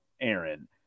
Aaron